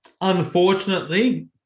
unfortunately